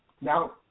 Now